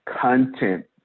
content